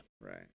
Right